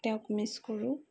তেওঁক মিচ কৰোঁ